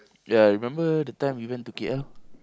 ya remember the time we went to K_L